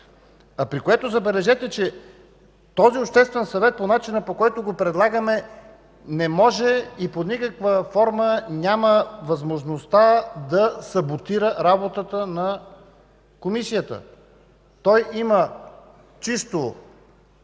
При това, забележете, този Обществен съвет и начина по който го предлагаме, не може и под никаква форма няма възможността да саботира работата на Комисията. Той има чисто